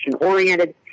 oriented